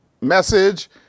message